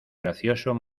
gracioso